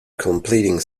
completing